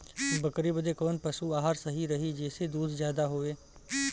बकरी बदे कवन पशु आहार सही रही जेसे दूध ज्यादा होवे?